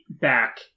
back